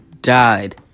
died